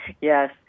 Yes